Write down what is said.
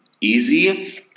easy